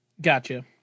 Gotcha